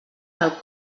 del